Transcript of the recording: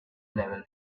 level